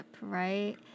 right